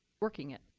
working it,